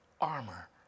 armor